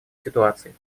ситуаций